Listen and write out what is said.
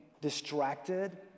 distracted